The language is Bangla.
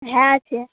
হ্যাঁ আছে